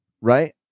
right